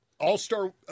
All-star